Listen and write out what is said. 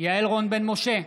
יעל רון בן משה,